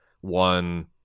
one